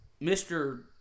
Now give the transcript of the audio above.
Mr